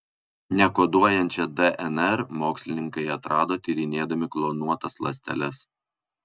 nekoduojančią dnr mokslininkai atrado tyrinėdami klonuotas ląsteles